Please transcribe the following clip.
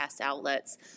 outlets